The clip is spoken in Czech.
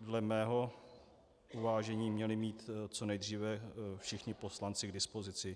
dle mého uvážení, měli mít co nejdříve všichni poslanci k dispozici?